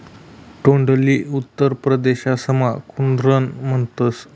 तोंडलीले उत्तर परदेसमा कुद्रुन म्हणतस